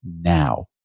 now